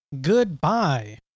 goodbye